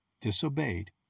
disobeyed